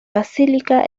basílica